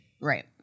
Right